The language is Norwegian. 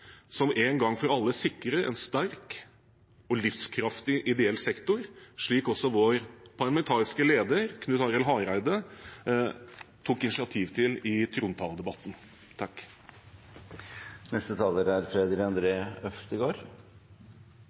som en gang for alle sikrer en sterk og livskraftig ideell sektor, slik også vår parlamentariske leder, Knut Arild Hareide, tok initiativ til i trontaledebatten.